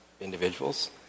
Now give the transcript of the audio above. individuals